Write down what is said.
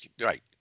Right